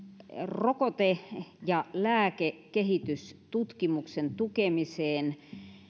rokote ja lääkekehitystutkimuksen tukemiseen